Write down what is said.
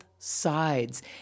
sides